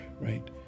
right